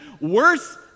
Worse